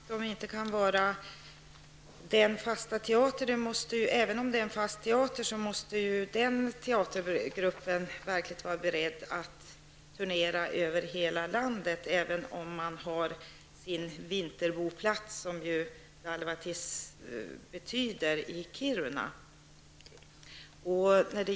Herr talman! Även om Dalvadis skulle vara en fast teater, måste teatergruppen vara beredd att turnera över hela landet, trots att den har sin vinterboplats -- som ju Dalvadis betyder -- i Kiruna.